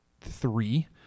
three